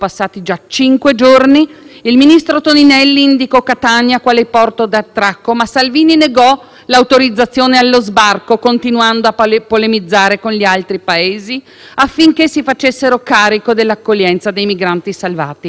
l'autorizzazione allo sbarco, continuando a polemizzare con gli altri Paesi affinché si facessero carico dell'accoglienza dei migranti salvati. La nave Diciotti rimase quindi ancora nel porto di Catania con 177 persone a bordo.